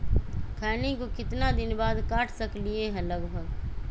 खैनी को कितना दिन बाद काट सकलिये है लगभग?